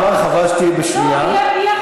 חבל שתהיי בשנייה.